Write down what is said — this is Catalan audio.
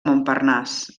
montparnasse